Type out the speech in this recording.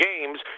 games